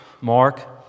Mark